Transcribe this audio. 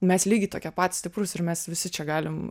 mes lygiai tokie patys stiprūs ir mes visi čia galim